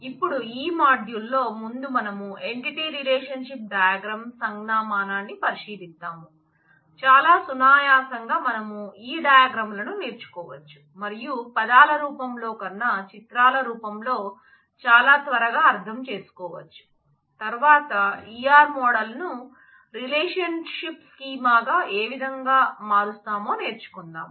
ఇపుడు ఈ మాడ్యూల్లో ముందు మనం ఎంటిటీ రిలేషన్షిప్ డయాగ్రామ్గా ఏ విధంగా మారుస్తామో నేర్చుకుందాం